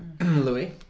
Louis